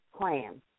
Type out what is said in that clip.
plan